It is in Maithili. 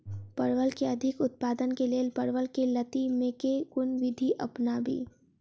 परवल केँ अधिक उत्पादन केँ लेल परवल केँ लती मे केँ कुन विधि अपनाबी?